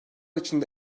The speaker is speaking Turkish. içinde